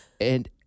And-